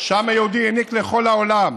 שהעם היהודי העניק לכל העולם.